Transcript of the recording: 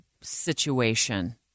situation